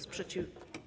Sprzeciw.